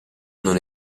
non